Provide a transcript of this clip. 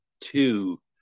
two